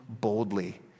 boldly